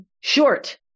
short